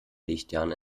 lichtjahren